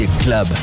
club